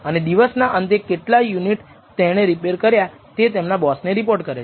અને દિવસના અંતે કેટલા યુનિટ તેણે રિપેર કર્યા તે તેમના બોસને રિપોર્ટ કરે છે